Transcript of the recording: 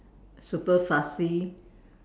super fussy